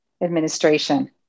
administration